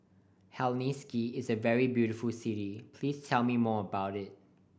Helsinki is a very beautiful city please tell me more about it